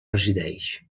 resideix